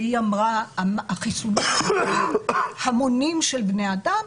והיא אמרה שהחיסון פוגע בהמונים של בני אדם,